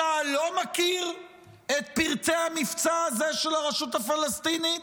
צה"ל לא מכיר את פרטי המבצע הזה של הרשות הפלסטינית?